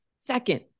Second